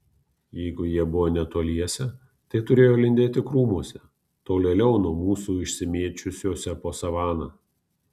jeigu jie buvo netoliese tai turėjo lindėti krūmuose tolėliau nuo mūsų išsimėčiusiuose po savaną